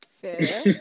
Fair